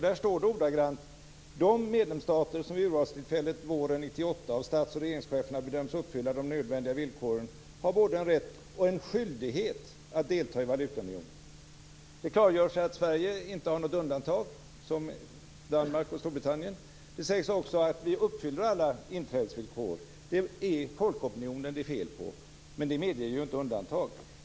Där står det ordagrant: "de medlemsstater som vid urvalstillfället under våren 1998 av stats och regeringscheferna bedöms uppfylla de nödvändiga villkoren har både en rätt och en skyldighet att delta i valutaunionen." Det klargörs här att Sverige inte har något undantag, som Danmark och Storbritannien har. Det sägs också att vi uppfyller alla inträdesvillkor. Det är folkopinionen det är fel på. Men det medger ju inte undantag.